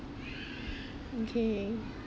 okay